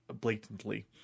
blatantly